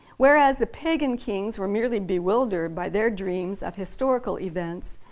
whereas the pagan kings were merely bewildered by their dreams of historical events,